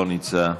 נמצא,